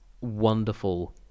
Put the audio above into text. wonderful